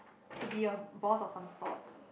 to be a boss or some sort